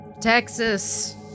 Texas